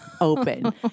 open